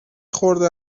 خورده